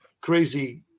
crazy